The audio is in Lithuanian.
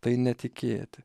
tai netikėti